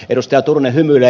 edustaja turunen hymyilee